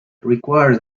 requires